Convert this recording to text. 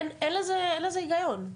אין לזה היגיון.